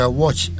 watch